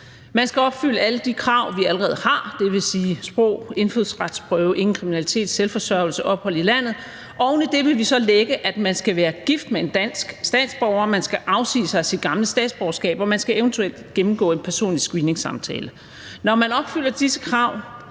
Man skal opfylde alle de krav, vi allerede har, dvs. sprog, indfødsretsprøve, ingen kriminalitet, selvforsørgelse og ophold i landet. Oven i det vil vi så lægge det, at man skal være gift med en dansk statsborger, og at man skal afsige sig sit gamle statsborgerskab og man eventuelt skal gennemgå en personlig screeningssamtale. Når man opfylder disse krav,